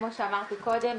כמו שאמרתי קודם,